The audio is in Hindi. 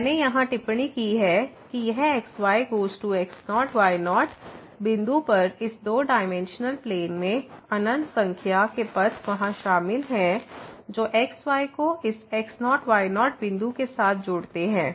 मैंने यहाँ टिप्पणी की है कि यह x y goes to x0 y0 बिंदु पर इस दो डाइमेंशनल प्लेन में अनंत संख्या के पथ वहाँ शामिल है जो x y को इस x0 y0 बिंदु के साथ जोड़ते हैं